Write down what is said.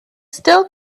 still